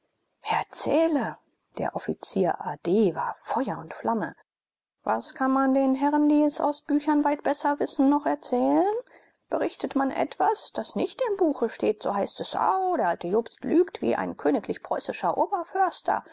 erzähle der offizier a d war feuer und flamme was kann man den herren die es aus büchern weit besser wissen noch erzählen berichtet man etwas das nicht im buche steht so heißt es au der alte jobst lügt wie ein königlich preußischer oberförster